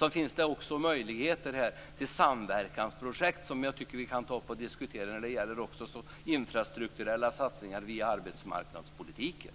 Det finns också möjligheter här till samverkansprojekt som jag tycker att vi kan ta upp och diskutera när det gäller infrastrukturella satsningar via arbetsmarknadspolitiken.